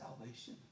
salvation